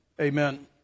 Amen